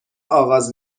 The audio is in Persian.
آغاز